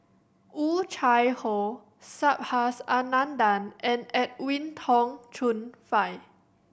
Oh Chai Hoo Subhas Anandan and Edwin Tong Chun Fai